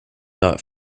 not